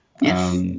Yes